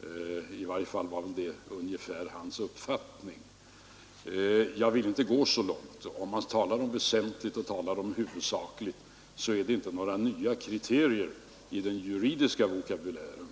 säger frågeställaren — i varje fall var väl det ungefär hans uppfattning. Jag vill inte gå så långt. Om man talar om ”väsentligen” och ”huvudsakligt” så är det inte några nya kriterier i den juridiska vokabulären.